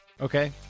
Okay